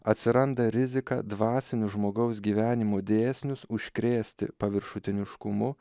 atsiranda rizika dvasinius žmogaus gyvenimo dėsnius užkrėsti paviršutiniškumu